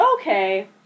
okay